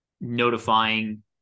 notifying